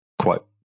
Quote